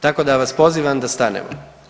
Tako da vas pozivam da stanemo.